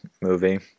movie